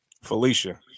Felicia